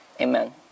Amen